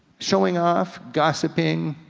showing off, gossiping,